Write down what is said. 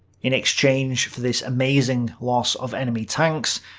in exchange for this amazing loss of enemy tanks,